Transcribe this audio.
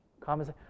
Comments